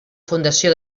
fundació